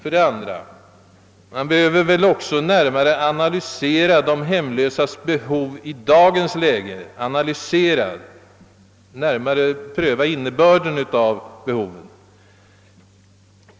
Vidare behöver man väl också närmare analysera de hemlösas behov i dagens läge, närmare pröva innebörden av behovet.